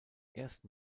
ersten